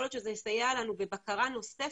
יכול להיות שזה יסייע לנו בבקרה נוספת